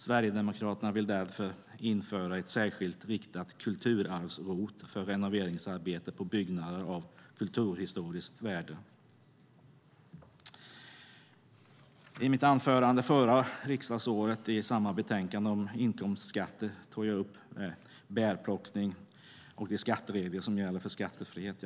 Sverigedemokraterna vill därför införa ett särskilt riktat kulturarvs-ROT för renoveringsarbete på byggnader av kulturhistoriskt värde. I mitt anförande förra riksdagsåret när betänkandet om inkomstskatter debatterades tog jag upp bärplockningen och de skatteregler som gäller för skattefrihet.